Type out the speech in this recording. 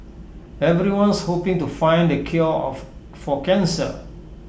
everyone's hoping to find the cure for cancer